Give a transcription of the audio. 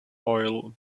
oil